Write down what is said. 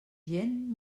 gent